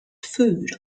food